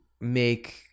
make